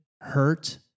hurt